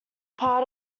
part